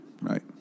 Right